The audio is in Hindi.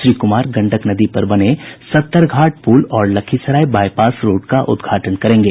श्री कुमार गंडक नदी पर बने सत्तरघाट पूल और लखीसराय बाईपास रोड का उद्घाटन करेंगे